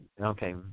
Okay